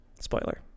Spoiler